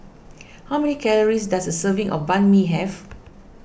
how many calories does a serving of Banh Mi have